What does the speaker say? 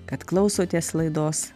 kad klausotės laidos